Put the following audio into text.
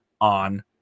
on